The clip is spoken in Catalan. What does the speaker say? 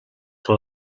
que